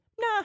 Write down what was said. nah